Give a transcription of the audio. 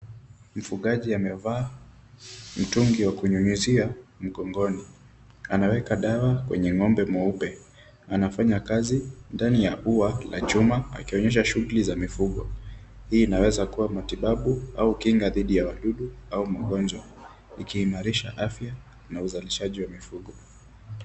Mfugaji amevaa mtungi wa kunyunyizia mgongoni. Anaweka dawa kwenye ng'ombe mweupe. Anafanya kazi ndani ya ua la chuma akionyesha shughuli za mifugo. Hii inaweza kuwa matibabu au kinga dhidi ya wadudu au magonjwa ikiimarisha afya na uzalishaji wa mifugo.